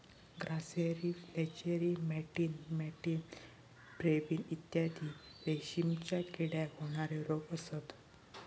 grasserie flacherie मॅटिन मॅटिन pebrine इत्यादी रेशीमच्या किड्याक होणारे रोग असत